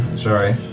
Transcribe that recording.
Sorry